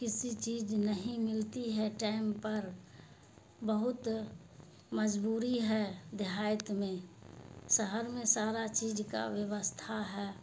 کسی چیز نہیں ملتی ہے ٹائم پر بہت مجبوری ہے دیہات میں شہر میں سارا چیز کا ویوستھا ہے